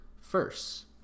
First